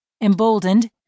Emboldened